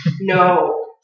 no